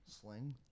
Sling